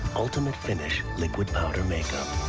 ultimate finish liquid powder make-up,